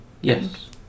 Yes